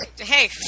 Hey